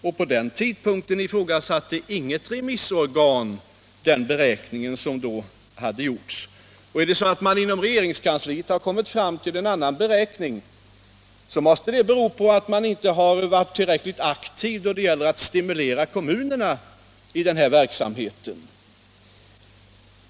Vid den tidpunkten ifrågasatte inget remissorgan den beräkning som då gjordes. Har man inom regeringskansliet kommit fram till en annan beräkning måste det bero på att man inte har varit tillräckligt aktiv när det gäller att stimulera kommunerna i denna verksamhet.